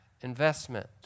investment